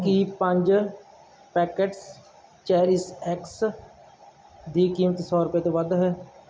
ਕੀ ਪੰਜ packets Cherish X ਦੀ ਕੀਮਤ ਸੌ ਰੁਪਏ ਤੋਂ ਵੱਧ ਹੈ